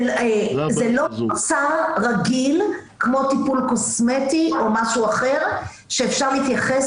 זה לא -- -רגיל כמו טיפול קוסמטי או משהו אחר שאפשר להתייחס